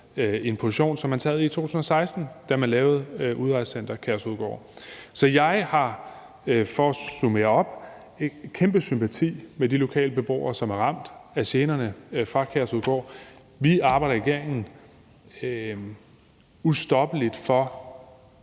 en position, som man sad i i 2016, da man lavede Udrejsecenter Kærshovedgård. Kl. 15:28 Så for at summere op har jeg kæmpe sympati med de lokale beboere, som er ramt af generne fra Kærshovedgård. Vi arbejder i regeringen ustoppeligt for